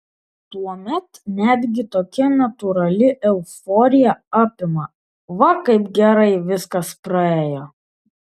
tuomet netgi tokia natūrali euforija apima va kaip gerai viskas praėjo